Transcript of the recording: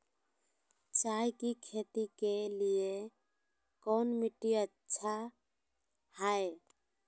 चाय की खेती के लिए कौन मिट्टी अच्छा हाय?